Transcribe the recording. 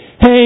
hey